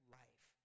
life